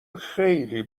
خیلی